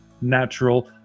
natural